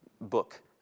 book